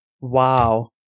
Wow